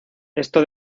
esto